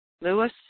Lewis